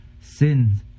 sins